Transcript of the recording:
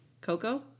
Coco